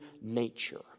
nature